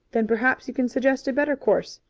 then perhaps you can suggest a better course.